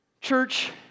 Church